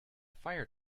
fire